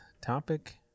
topic